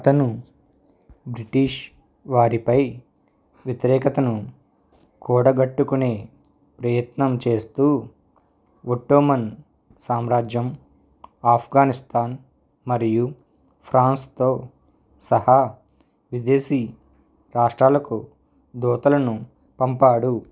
అతను బ్రిటిష్ వారిపై వ్యతిరేకతను కూడగట్టుకునే ప్రయత్నం చేస్తూ ఒట్టోమన్ సామ్రాజ్యం ఆఫ్గనిస్తాన్ మరియు ఫ్రాన్స్తో సహా విదేశి రాష్ట్రాలకు దూతలను పంపాడు